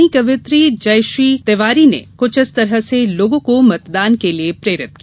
वहीं कवियित्री जयश्री तिवारी ने कुछ इस तरह से लोगों को मतदान के लिए प्रेरित किया